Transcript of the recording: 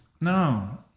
No